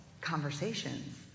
conversations